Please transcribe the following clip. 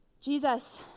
Jesus